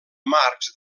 marcs